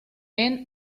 end